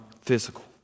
physical